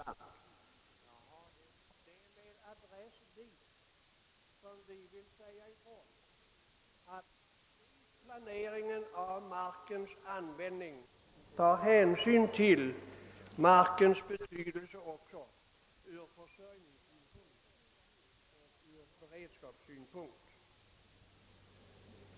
Det är med adress dit som vi vill säga ifrån, att man vid planeringen av markens användning måste ta hänsyn till markens betydelse ur försörjningssynpunkt och beredskapssynpunkt.